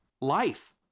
life